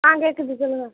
ஆ கேட்குது சொல்லுங்கள்